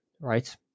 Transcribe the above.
Right